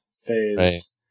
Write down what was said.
phase